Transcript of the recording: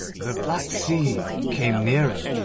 the black sea came nearer,